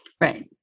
Right